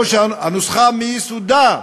הנוסחה מיסודה,